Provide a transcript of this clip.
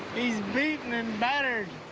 he's beaten and battered.